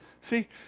See